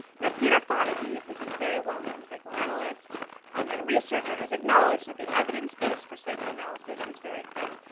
now peter fonagi, who's a very well-known psychoanalyst and researcher, has acknowledged that the evidence base for psychoanalysis is very thin.